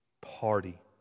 party